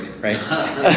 Right